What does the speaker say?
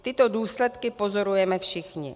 Tyto důsledky pozorujeme všichni.